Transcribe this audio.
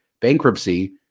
bankruptcy